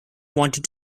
wanted